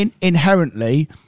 inherently